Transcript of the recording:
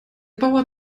bauer